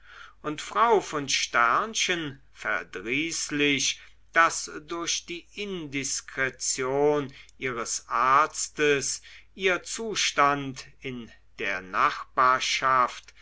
und frau von verdrießlich daß durch die indiskretion ihres arztes ihr zustand in der nachbarschaft